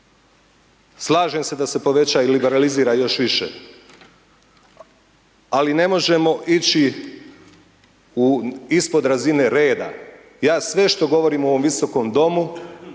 Slažem se da se povećava i liberalizira još više. Ali ne možemo ići ispod razine reda. Ja sve što govorim u ovom Visokom domu